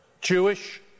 Jewish